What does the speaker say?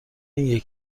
این